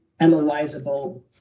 analyzable